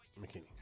McKinney